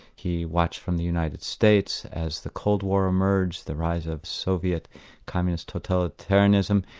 he watched from the united states as the cold war emerged, the rise of soviet communist totalitarianism,